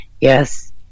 yes